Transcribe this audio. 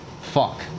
fuck